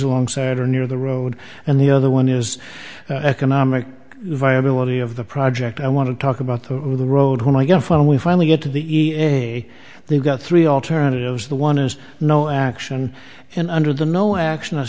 alongside or near the road and the other one is economic viability of the project i want to talk about the road home i got from we finally get to the e bay they've got three alternatives the one is no action and under the no action a